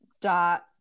dot